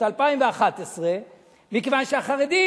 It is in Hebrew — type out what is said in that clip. מכיוון שהחרדים,